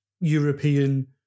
European